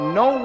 no